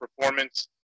performance